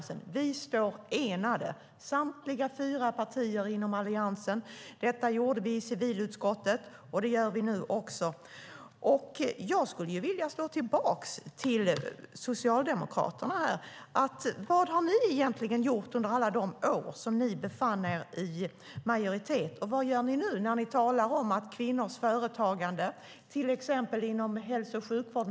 Det är vi inte. Samtliga fyra partier inom Alliansen står enade. Detta gjorde vi i civilutskottet, och det gör vi nu också. Jag skulle vilja slå tillbaka mot Socialdemokraterna. Vad gjorde ni egentligen under alla de år då ni befann er i majoritet, och vad gör ni nu? Ni talar om att kvinnors företagande inte ska räknas, till exempel inom hälso och sjukvård.